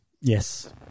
yes